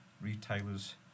retailers